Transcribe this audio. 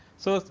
so,